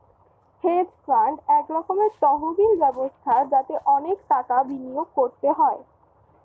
hedge fund এক রকমের তহবিল ব্যবস্থা যাতে অনেক টাকা বিনিয়োগ করতে হয়